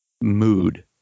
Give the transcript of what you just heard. mood